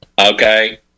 Okay